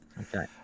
Okay